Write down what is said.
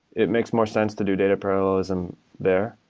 it makes more sense to do data parallelism there.